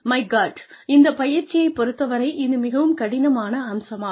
my god இந்த பயிற்சியை பொறுத்தவரை இது மிகவும் கடினமான அம்சமாகும்